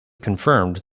confirmed